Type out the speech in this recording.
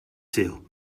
sul